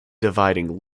dividing